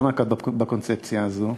לא נקט את הקונספציה הזאת,